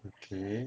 okay